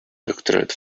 doctorate